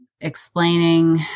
explaining